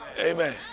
Amen